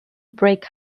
break